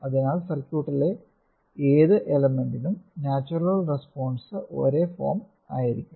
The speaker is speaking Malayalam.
അതിനാൽ സർക്യൂട്ടിലെ ഏതു എലെമെന്റിനും നാച്ചുറൽ റെസ്പോൺസിന് ഒരേ ഫോം ഉണ്ടായിരിക്കും